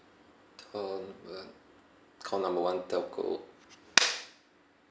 call one call number one telco